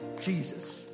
Jesus